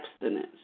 abstinence